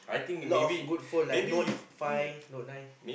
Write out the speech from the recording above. a lot of good phone like note five note nine